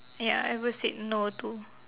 ya ever said no to